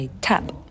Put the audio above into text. tap